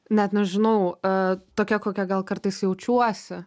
net nežinau a tokia kokia gal kartais jaučiuosi